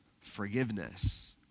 forgiveness